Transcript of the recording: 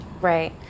Right